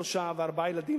שלושה וארבעה ילדים,